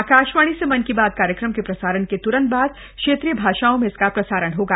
आकाशवाणी से मन की बात कार्यक्रम के प्रसारण के त्रंत बाद क्षेत्रीय भाषाओं में इसका प्रसारण होगा